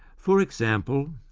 for example,